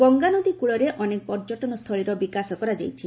ଗଙ୍ଗାନଦୀ କୂଳରେ ଅନେକ ପର୍ଯ୍ୟଟନ ସ୍ଥଳୀର ବିକାଶ କରାଯାଇଛି